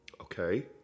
Okay